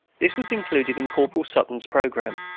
this was included in corporal sutton's programme,